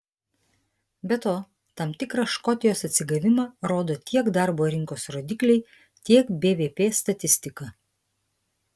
be to tam tikrą škotijos atsigavimą rodo tiek darbo rinkos rodikliai tiek bvp statistika